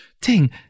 Ting